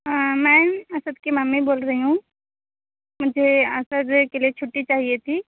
آ میم اسد کی ممی بول رہی ہوں مجھے اسد کے لیے چُھٹّی چاہیے تھی